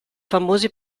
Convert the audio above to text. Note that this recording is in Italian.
famosi